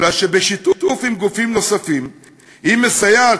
אלא שבשיתוף עם גופים נוספים היא מסייעת